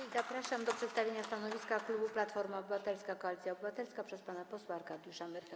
I zapraszam do przedstawienia stanowiska klubu Platforma Obywatelska - Koalicja Obywatelska pana posła Arkadiusza Myrchę.